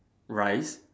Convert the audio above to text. rice